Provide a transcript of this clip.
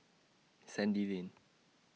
Sandy Lane